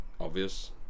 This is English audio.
obvious